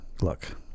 Look